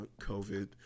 COVID